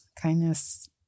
kindness